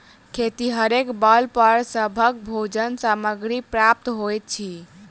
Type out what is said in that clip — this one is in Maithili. खेतिहरेक बल पर सभक भोजन सामग्री प्राप्त होइत अछि